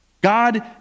God